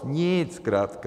Nic zkrátka.